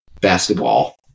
basketball